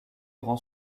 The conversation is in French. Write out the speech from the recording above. rend